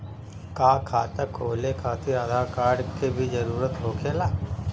का खाता खोले खातिर आधार कार्ड के भी जरूरत होखेला?